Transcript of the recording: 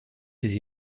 ses